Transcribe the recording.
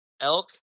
elk